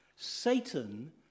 Satan